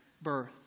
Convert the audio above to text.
birth